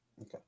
Okay